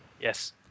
Yes